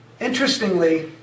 Interestingly